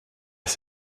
ist